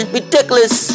Ridiculous